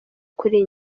kuri